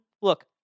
look